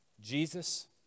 Jesus